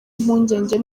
impungenge